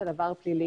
פלילי.